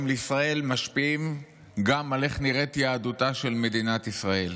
לישראל משפיעים גם על איך נראית יהדותה של מדינת ישראל.